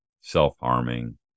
self-harming